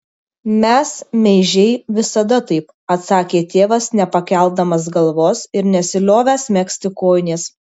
mes meižiai visada taip atsakė tėvas nepakeldamas galvos ir nesiliovęs megzti kojinės